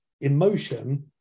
emotion